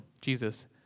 Jesus